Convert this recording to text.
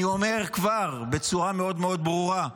אני אומר כבר בצורה מאוד מאוד ברורה,